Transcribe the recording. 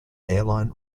airline